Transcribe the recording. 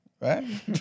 right